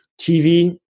TV